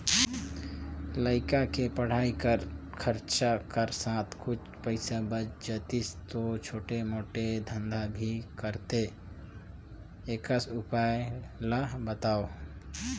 लइका के पढ़ाई कर खरचा कर साथ कुछ पईसा बाच जातिस तो छोटे मोटे धंधा भी करते एकस उपाय ला बताव?